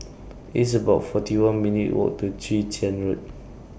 It's about forty one minutes' Walk to Chwee Chian Road